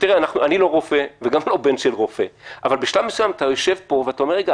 אני לא רופא וגם לא בן של רופא אבל בשלב מסוים אתה יושב פה ואומר: רגע,